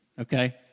Okay